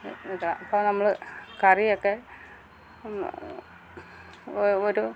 E ഇതാ ഇപ്പം നമ്മൾ കറിയക്കെ ഒ ഒ ഒരു